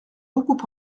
beaucoup